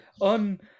on